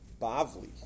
Bavli